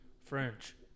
french